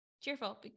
cheerful